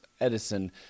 Edison